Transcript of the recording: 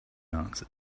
answered